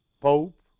Pope